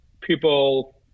people